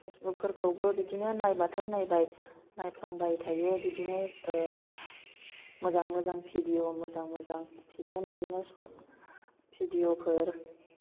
Facebook फोरखौबो बिदिनो नायबाथाय नायबाय नायफ्लांबाय थायो बिदिनो मोजां मोजां भिडिअ मोजां मोजां फिलिम बिदिनो सर्ट भिडिअ फोर